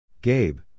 Gabe